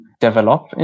develop